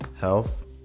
health